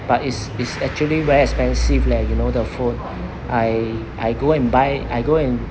but it's it's actually very expensive leh you know the phone I I go and buy I go and